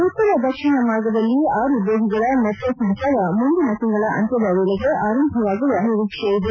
ಉತ್ತರ ದಕ್ಷಿಣ ಮಾರ್ಗದಲ್ಲಿ ಅರು ಬೋಗಿಗಳ ಮೆಟ್ರೋ ಸಂಚಾರ ಮುಂದಿನ ತಿಂಗಳ ಅಂತ್ಯದ ವೇಳೆಗೆ ಅರಂಭವಾಗುವ ನಿರೀಕ್ಷೆ ಇದೆ